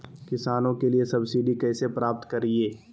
किसानों के लिए सब्सिडी कैसे प्राप्त करिये?